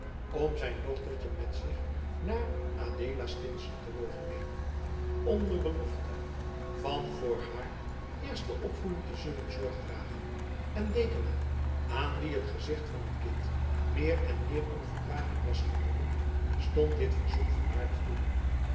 om zijn dochtertje met zich naar adeelastins te mogen nemen onder belofte van voor haar eerste opvoeding te zullen zorg dragen en dekama aan wien het gezicht van het kind meer en meer onverdraaglijk was geworden stond dit verzoek volvaardig toe